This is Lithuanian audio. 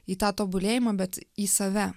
į tą tobulėjimą bet į save